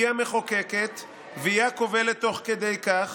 היא המחוקקת והיא הכובלת תוך כדי כך,